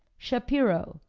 shapiro,